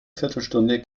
viertelstunde